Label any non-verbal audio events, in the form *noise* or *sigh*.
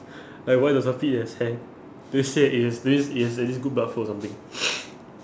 *breath* like why does our feet has hair they say it is this is it is good blood flow or something *noise*